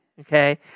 Okay